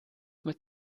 mit